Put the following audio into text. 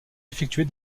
effectuer